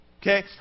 Okay